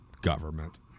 government